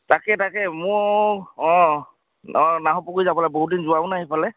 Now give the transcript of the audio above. তাকে তাকে মোৰ অঁ অঁ নাহৰ পুখুৰী যাবলৈ বহুত দিন যোৱাও নাই সেইফালে